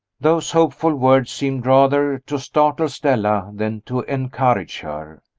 those hopeful words seemed rather to startle stella than to encourage her.